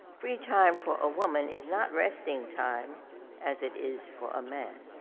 free time for a women is not resting time as it is for a man.